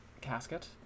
casket